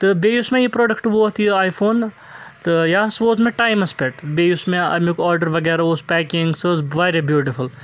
تہٕ بیٚیہِ یُس مےٚ یہِ پرٛوڈَکٹ ووت یہِ آی فون تہٕ یہِ ہسا ووت مےٚ ٹایمَس پٮ۪ٹھ بیٚیہِ یُس مےٚ اَمیُک آرڈَر وغیرہ اوس پیکِنٛگ سُہ ٲس واریاہ بیوٗٹِفُل